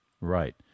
Right